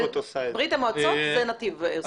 בברית המועצות זה נתיב שעושה את זה.